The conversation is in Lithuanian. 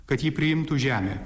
kad ji priimtų žemė